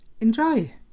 Enjoy